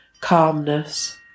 calmness